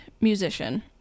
musician